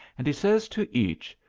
and he says to each,